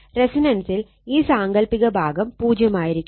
റെസൊണൻസിൽ ഈ സാങ്കൽപ്പിക ഭാഗം 0 ആയിരിക്കും